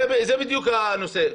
זה הנושא.